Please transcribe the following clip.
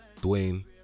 Dwayne